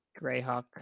Greyhawk